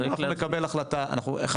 א',